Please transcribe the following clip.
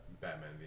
Batman